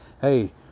hey